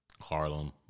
Harlem